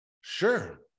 Sure